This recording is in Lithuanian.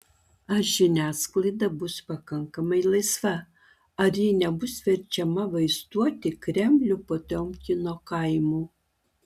ar žiniasklaida bus pakankamai laisva ar ji nebus verčiama vaizduoti kremlių potiomkino kaimu